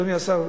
אדוני השר,